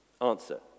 Answer